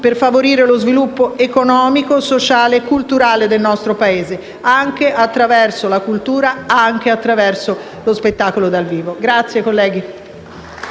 per favorire lo sviluppo economico, sociale e culturale del nostro Paese, anche attraverso la cultura e lo spettacolo dal vivo. Chiedo